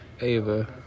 Ava